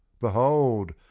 behold